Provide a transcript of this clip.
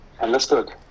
understood